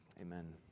amen